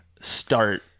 start